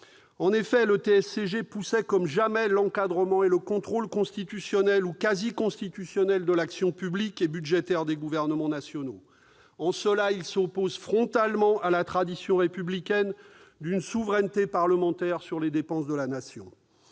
En effet, le TSCG poussait comme jamais à l'encadrement et au contrôle constitutionnel ou quasi constitutionnel de l'action publique et budgétaire des gouvernements nationaux. En cela, il s'oppose frontalement à la tradition républicaine d'une souveraineté parlementaire sur les dépenses de la Nation.